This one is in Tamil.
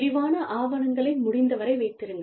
விரிவான ஆவணங்களை முடிந்தவரை வைத்திருங்கள்